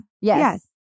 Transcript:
Yes